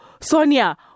Sonia